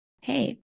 hey